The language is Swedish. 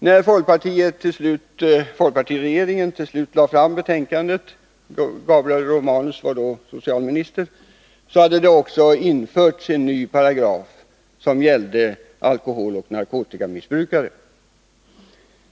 När folkpartiregeringen till slut lade fram en proposition — Gabriel Romanus var då socialminister — hade det också införts en ny paragraf som gällde alkoholoch narkotikamissbrukare.